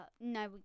No